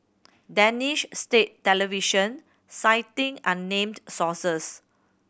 Danish state television citing unnamed sources